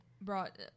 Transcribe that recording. brought